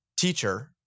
teacher